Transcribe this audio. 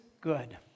good